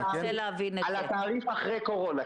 כן, על התעריף אחרי קורונה.